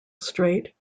straight